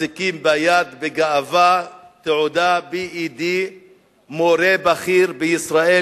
מחזיקים בגאווה תעודת B.Ed. מורה בכיר בישראל,